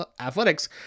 athletics